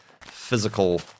physical